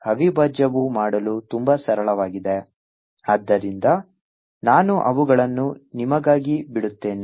ಅವಿಭಾಜ್ಯವು ಮಾಡಲು ತುಂಬಾ ಸರಳವಾಗಿದೆ ಆದ್ದರಿಂದ ನಾನು ಅವುಗಳನ್ನು ನಿಮಗಾಗಿ ಬಿಡುತ್ತೇನೆ